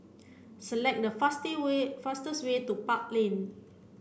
select the fast way fastest way to Park Lane